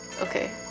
Okay